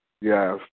Yes